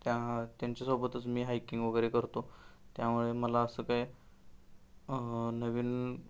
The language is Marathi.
त्या त्यांच्यासोबतच मी हायकिंग वगैरे करतो त्यामुळे मला असं काय नवीन